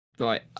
Right